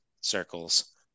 circles